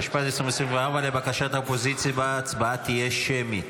התשפ"ה 2024. לבקשת האופוזיציה ההצבעה תהיה שמית.